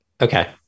Okay